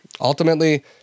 Ultimately